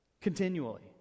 continually